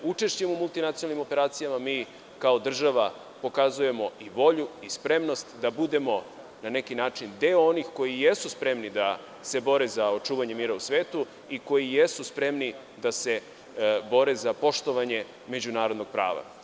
Učešćem u multinacionalnim operacijama mi kao država pokazujemo i volju i spremnost da budemo deo onih koji jesu spremni da se bore za očuvanje mira u svetu i koji jesu spremni da se bore za poštovanje međunarodnog prava.